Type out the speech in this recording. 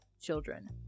children